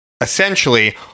essentially